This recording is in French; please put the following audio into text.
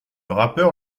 rappeur